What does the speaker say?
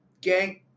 gang